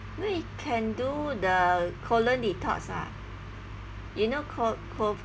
we can do the colon detox ah you know